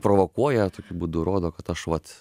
provokuoja tokiu būdu rodo kad aš vat